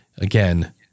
Again